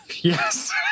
yes